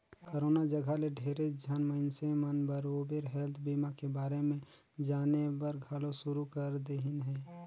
corona जघा ले ढेरेच झन मइनसे मन बरोबर हेल्थ बीमा के बारे मे जानेबर घलो शुरू कर देहिन हें